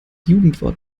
jugendwort